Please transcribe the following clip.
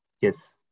Yes